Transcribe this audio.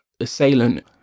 assailant